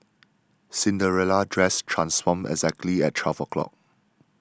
Cinderella's dress transformed exactly at twelve o'clock